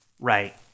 Right